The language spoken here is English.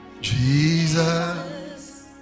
Jesus